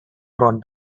trod